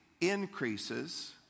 increases